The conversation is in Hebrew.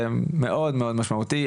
זה מאוד משמעותי.